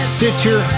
Stitcher